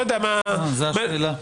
זאת השאלה?